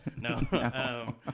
No